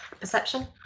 perception